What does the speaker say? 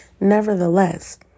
nevertheless